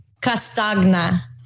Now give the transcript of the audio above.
castagna